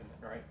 right